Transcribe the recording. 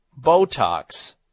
Botox